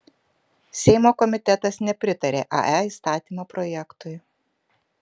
seimo komitetas nepritarė ae įstatymo projektui